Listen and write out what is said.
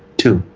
too